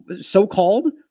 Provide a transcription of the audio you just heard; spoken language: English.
so-called